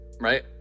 right